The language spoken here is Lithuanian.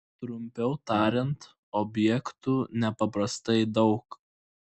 trumpiau tariant objektų nepaprastai daug